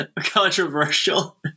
controversial